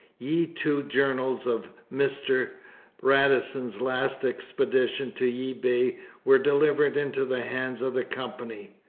ye two journals of mr radisson's last expedition to ye bay were delivered into the hands of the company,